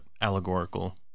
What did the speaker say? allegorical